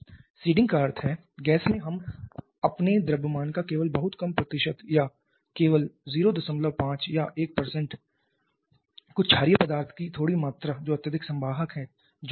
seeding का अर्थ है गैस में हम अपने द्रव्यमान का केवल बहुत कम प्रतिशत या केवल 05 या 1 कुछ क्षारीय पदार्थ की थोड़ी मात्रा जो अत्यधिक संवाहक है जोड़ते हैं